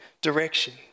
direction